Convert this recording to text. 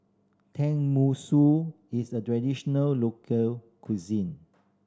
tenmusu is a traditional local cuisine